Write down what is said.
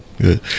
Good